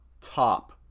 top